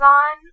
on